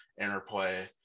interplay